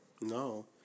No